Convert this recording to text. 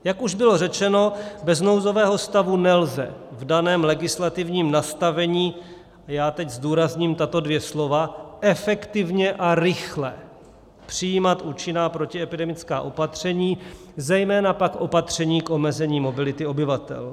Jak už bylo řečeno, bez nouzového stavu nelze v daném legislativním nastavení já teď zdůrazním tato dvě slova efektivně a rychle přijímat účinná protiepidemická opatření, zejména pak opatření k omezení mobility obyvatel.